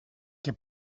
que